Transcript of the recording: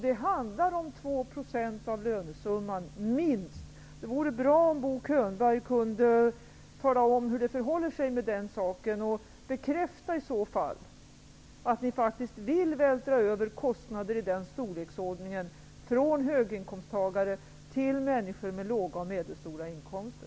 Det handlar om 2 % av lönesumman, minst. Det vore bra om Bo Könberg kunde tala om hur det förhåller sig med den saken och i så fall bekräfta att ni faktiskt vill vältra över kostnader i den storleksordningen från höginkomsttagare till människor med låga och medelstora inkomster.